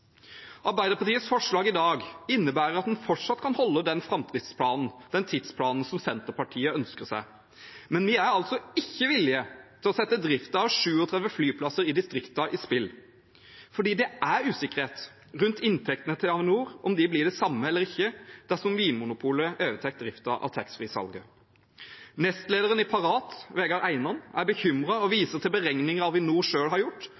Arbeiderpartiets forslag i dag innebærer at en fortsatt kan holde den framdrifts- og tidsplanen Senterpartiet ønsker seg. Men vi er ikke villig til å sette driften av 37 flyplasser i distriktene i spill, for det er usikkerhet rundt inntektene til Avinor, om de blir de samme eller ikke, dersom Vinmonopolet overtar driften av taxfree-salget. Nestlederen i Parat, Vegard Einan, er bekymret og viser til beregninger Avinor selv har gjort,